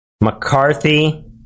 McCarthy